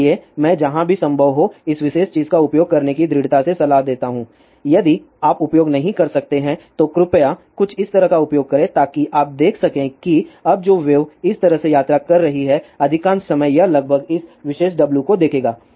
इसलिए मैं जहाँ भी संभव हो इस विशेष चीज़ का उपयोग करने की दृढ़ता से सलाह देता हूं यदि आप उपयोग नहीं कर सकते हैं तो कृपया कुछ इस तरह का उपयोग करें ताकि आप देख सकें कि अब जो वेव इस तरह से यात्रा कर रही है अधिकांश समय यह लगभग इस विशेष W को देखेगा